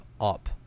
up